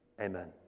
Amen